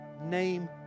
name